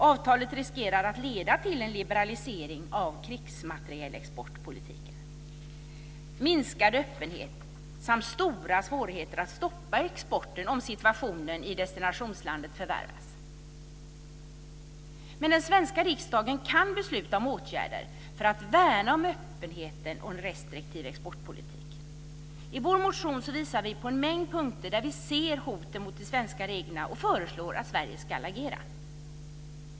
Avtalet riskerar att leda till en liberalisering av krigsmaterielexportpolitiken, minskad öppenhet samt stora svårigheter att stoppa exporten om situationen i destinationslandet förvärras. Men den svenska riksdagen kan besluta om åtgärder för att värna om öppenheten och en restriktiv exportpolitik. I vår motion visar vi på en mängd punkter där vi ser hoten mot de svenska reglerna och föreslår att Sverige ska agera.